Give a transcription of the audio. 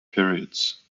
periods